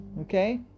okay